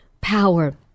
power